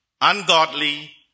ungodly